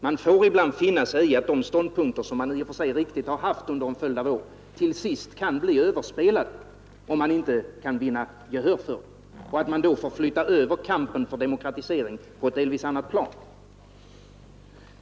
Man får ibland finna sig i att de ståndpunkter som man, i och för sig riktigt, har haft under en följd av år till sist kan bli överspelade, om man inte kan vinna gehör för dem. Då får man flytta över kampen för demokratisering på ett delvis annat plan.